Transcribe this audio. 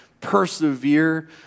persevere